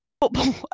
football